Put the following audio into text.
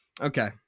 okay